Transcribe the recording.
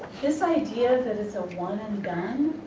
this ideas that it's a one and done.